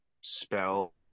spell